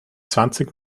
zwanzig